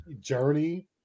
journey